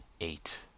Eight